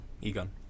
Egon